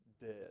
dead